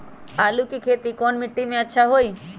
आलु के खेती कौन मिट्टी में अच्छा होइ?